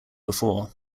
before